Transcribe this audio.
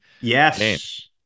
Yes